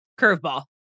Curveball